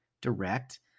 direct